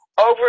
over